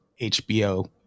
HBO